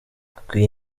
hakwiye